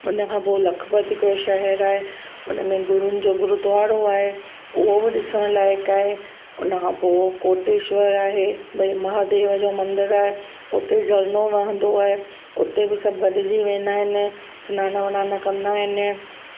हुन खां पोइ लखपत हिकिड़ो शहर आहे हुन में गुरुनि जो गुरुद्वारो आहे उहो बि ॾिसण लाइक़ु आहे हुन खां पोइ कोटेश्वर आहे भई महादेव जो मंदरु आहे हुते झरनो वहंदो आहे हुते बि सभु गॾिजी वेंदा आहिनि सनानु वनानु कंदा आहिनि